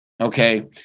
Okay